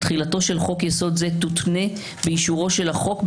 ההסתייגות נפלה.